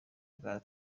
bwa